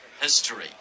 history